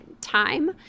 time